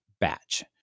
batch